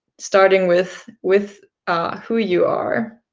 starting with with who you are.